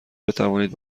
بتوانید